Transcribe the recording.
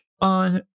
on